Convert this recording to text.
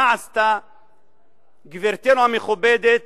מה עשתה גברתנו המכובדת,